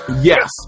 Yes